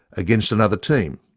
against another team,